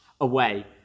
away